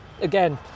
again